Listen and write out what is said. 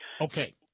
Okay